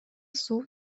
суу